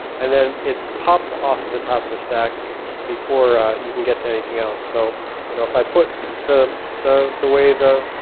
and then it's popped off the top of the stack before you can get anything else. so you know if i put the the way the